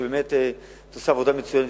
ובאמת את עושה עבודה מצוינת,